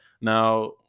Now